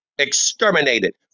exterminated